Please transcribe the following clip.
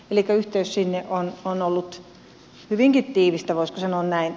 elikkä yhteys sinne on ollut hyvinkin tiivistä voisiko sanoa näin